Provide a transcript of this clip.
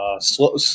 slow